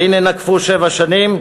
והנה, נקפו שבע שנים,